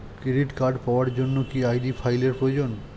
Credit card পাওয়ার জন্য কি আই.ডি ফাইল এর প্রয়োজন?